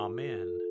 Amen